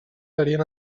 serien